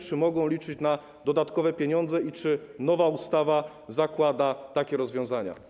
Czy mogą liczyć na dodatkowe pieniądze i czy nowa ustawa zakłada takie rozwiązania?